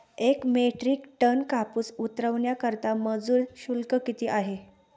एक metric ton कापूस उतरवण्याकरता मजूर शुल्क किती आहे?